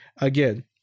again